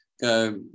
go